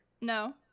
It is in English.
No